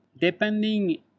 depending